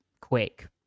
quick